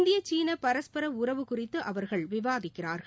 இந்திய சீன பரஸ்பர உறவு குறித்து அவர்கள் விவாதிக்கிறார்கள்